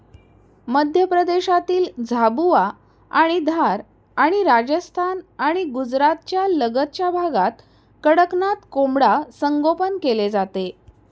मध्य प्रदेशातील झाबुआ आणि धार आणि राजस्थान आणि गुजरातच्या लगतच्या भागात कडकनाथ कोंबडा संगोपन केले जाते